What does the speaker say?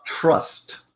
trust